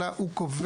אלא הוא קובע,